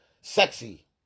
sexy